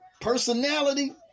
personality